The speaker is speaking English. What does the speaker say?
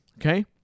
Okay